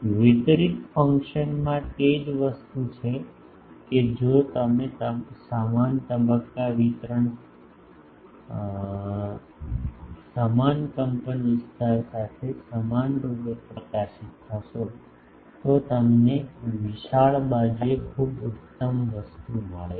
વિતરિત ફેશનમાં તે જ વસ્તુ છે કે જો તમે સમાન તબક્કા વિતરણ સમાન કંપનવિસ્તાર સાથે સમાનરૂપે પ્રકાશિત થશો તો તમને વિશાળ બાજુએ ખૂબ ઉત્તમ વસ્તુ મળે છે